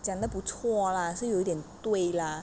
讲得不错 lah 是有点 lah